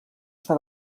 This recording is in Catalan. està